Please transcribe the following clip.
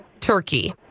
turkey